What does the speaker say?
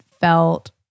felt